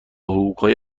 حقوقهای